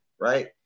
right